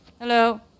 Hello